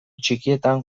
txikietan